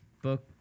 book